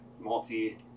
Multi